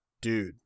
dude